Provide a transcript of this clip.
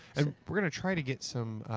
and we're going to try to get some,